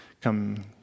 come